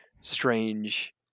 strange